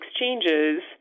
exchanges